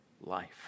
life